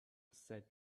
said